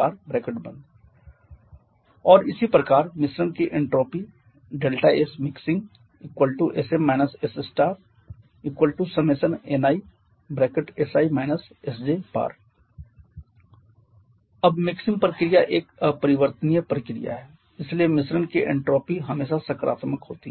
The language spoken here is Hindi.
hi hj और इसी प्रकार मिश्रण की entropy SmixingSm S i1knisi sj अब मिक्सिंग प्रक्रिया एक अपरिवर्तनीय एक प्रक्रिया है इसलिए मिश्रण की एन्ट्रापी हमेशा सकारात्मक होती है